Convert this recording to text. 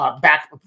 back